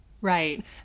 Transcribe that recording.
Right